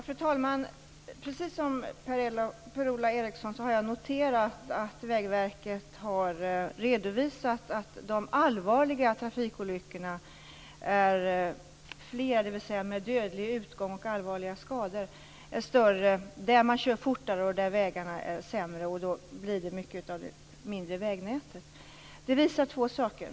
Fru talman! Precis som Per-Ola Eriksson har jag noterat att Vägverket har redovisat att de allvarliga trafikolyckorna, dvs. med dödlig utgång och allvarliga skador, är fler där man kör fortare och där vägarna är sämre. Det gäller då mycket av det mindre vägnätet. Detta visar två saker.